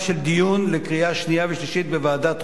של דיון לקריאה שנייה ושלישית בוועדת חוקה,